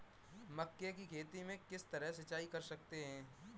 मक्के की खेती में किस तरह सिंचाई कर सकते हैं?